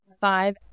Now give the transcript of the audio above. five